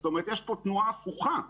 זאת אומרת, יש פה תנועה הפוכה.